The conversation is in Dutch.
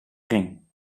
ring